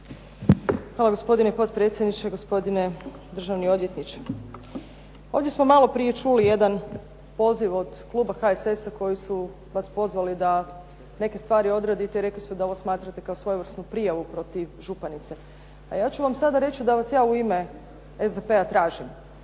Hvala gospodine potpredsjedniče, gospodine državni odvjetniče. Ovdje smo maloprije čuli jedan poziv od kluba HSS-a koji su vas pozvali da neke stvari odradite i rekli su da ovo smatrate kao svojevrsnu prijavu protiv županice, a ja ću vam sada reći da vas ja u ime SDP-a tražim